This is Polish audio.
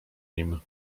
nim